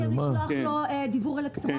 אתם לא יכולים לשלוח לו דיוור אלקטרוני?